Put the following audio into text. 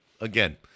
again